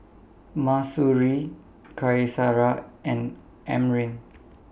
Mahsuri Qaisara and Amrin